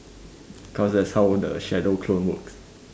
cause that's how the shadow clone works